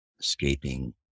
escaping